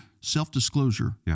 Self-disclosure